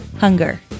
hunger